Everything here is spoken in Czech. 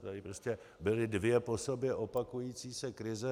Tady prostě byly dvě po sobě opakující se krize.